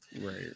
Right